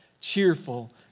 cheerful